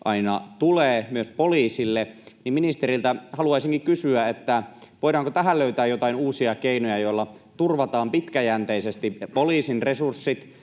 aina tulee myös poliisille. Ministeriltä haluaisinkin kysyä, että voidaanko tähän löytää jotain uusia keinoja, joilla turvataan pitkäjänteisesti poliisin resurssit